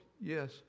yes